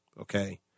okay